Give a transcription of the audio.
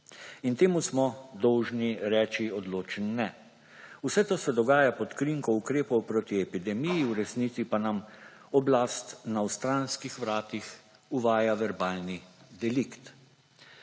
in temu smo dolžni reči odločni ne. Vse to se dogaja pod krinko ukrepov proti epidemiji, v resnici pa nam oblast na stranskih vratih uvaja verbalni delikt.